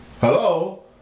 Hello